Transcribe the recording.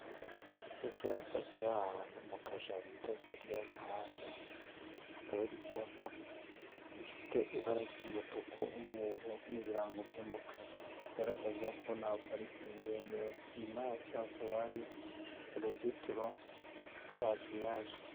Icyapa kiri ahantu mu kajaride hirya y'umuhanda, akaba ari icyapa gifite ibara ry'umutuku, umweru n'ibirango by'umukara, kigaragaza ko nta parikingi yemewe, inyuma yacyo hakaba hari uruzitiro rwa giriyaje .